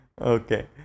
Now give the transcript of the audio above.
Okay